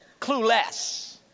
clueless